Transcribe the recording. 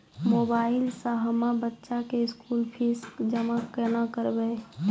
Mobile से हम्मय बच्चा के स्कूल फीस जमा केना करबै?